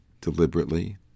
deliberately